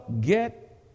get